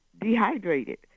dehydrated